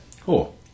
cool